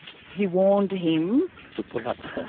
he warned him. to pull up, yeah.